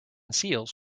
seals